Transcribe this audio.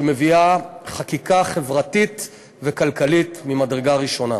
שמביאה חקיקה חברתית וכלכלית ממדרגה ראשונה.